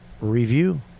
review